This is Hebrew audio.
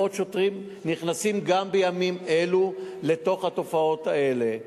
מאות שוטרים נכנסים גם בימים אלו לעניין הזה.